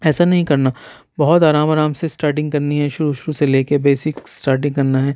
ایسا نہیں کرنا بہت آرام آرام سے اسٹارٹنگ کرنی ہے شروع شروع سے لے کے بیسک اسٹارٹنگ کرنا ہے